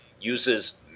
uses